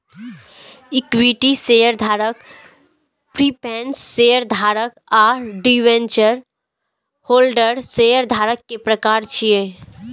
equity शेयरधारक, preference शेयरधारक आ डिवेंचर होल्डर शेयरधारक के प्रकार छियै